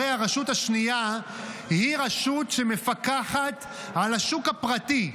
הרי הרשות השנייה היא רשות שמפקחת על השוק הפרטי.